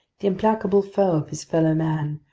the implacable foe of his fellow man,